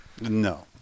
No